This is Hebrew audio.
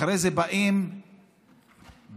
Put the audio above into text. אחרי זה באים בביקורת